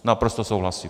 Naprosto souhlasím.